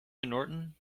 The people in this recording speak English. norton